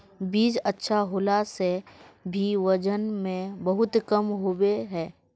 बीज अच्छा होला से भी वजन में बहुत कम होबे है?